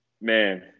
Man